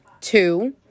Two